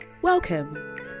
Welcome